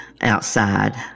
outside